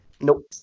Nope